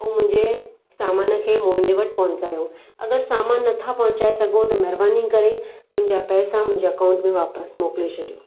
ऐं मुंहिंजे समान खे मुंहिंजे वटि पहुचायो अगरि समान न था पहुचाए सघो त महिरबानी करे मुंहिंजा पैसा मुंहिंजे अकाउंट में वापसि मोकले छॾियो